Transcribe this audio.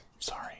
sorry